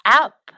up